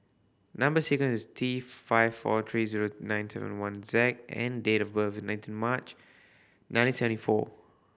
number sequence is T five four three zero nine seven one Z and date of birth is nineteen March nineteen seventy four